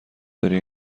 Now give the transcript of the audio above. داری